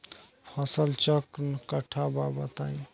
फसल चक्रण कट्ठा बा बताई?